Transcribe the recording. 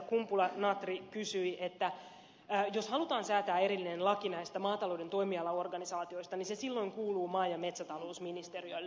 kumpula natri kysyi että jos halutaan säätää erillinen laki näistä maatalouden toimialaorganisaatioista niin se silloin kuuluu maa ja metsätalousministeriölle